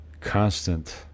constant